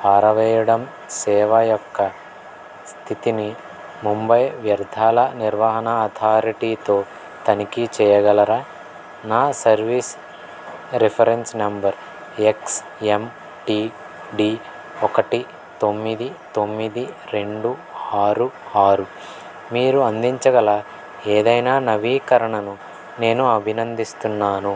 పారవెయ్యడం సేవ యొక్క స్థితిని ముంబై వ్యర్థాల నిర్వహణ అథారిటీతో తనిఖీ చెయ్యగలరా నా సర్వీస్ రిఫరెన్స్ నంబర్ ఎక్స్ఎమ్టిడి ఒకటి తొమ్మిది తొమ్మిది రెండు ఆరు ఆరు మీరు అందించగల ఏదైనా నవీకరణను నేను అభినందిస్తున్నాను